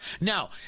Now